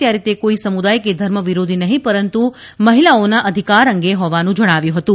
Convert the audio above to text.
ત્યારે તે કોઇ સમુદાથ કે ધર્મ વિરોધી નહીં પરંતુ મહિલાઓના અધિકાર અંગે હોવાનું જણાવ્યું હતું